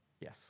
Yes